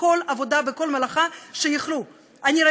הם נטלו על עצמם כל עבודה בכל מלאכה שיכלו.